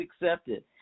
accepted